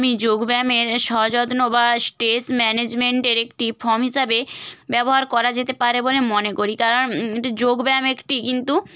আমি যোগব্যায়ামের সযত্ন বা স্টেজ ম্যানেজমেন্টের একটি ফর্ম হিসাবে ব্যবহার করা যেতে পারে বলে মনে করি কারণ যোগব্যায়াম একটি কিন্তু